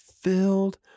filled